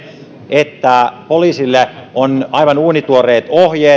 että poliisilla on aivan uunituoreet